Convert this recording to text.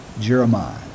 Jeremiah